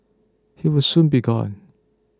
he will soon be gone